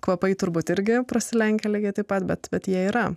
kvapai turbūt irgi prasilenkia lygiai taip pat bet bet jie yra